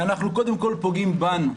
אנחנו קודם כול פוגעים בנו,